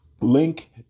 Link